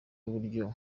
uburyo